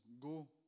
go